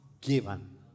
given